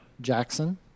Jackson